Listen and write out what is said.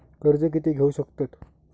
कर्ज कीती घेऊ शकतत?